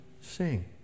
sing